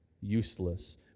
useless